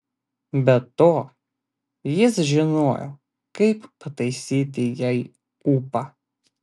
be to jis žinojo kaip pataisyti jai ūpą